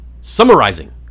summarizing